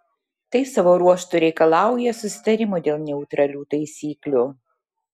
tai savo ruožtu reikalauja susitarimo dėl neutralių taisyklių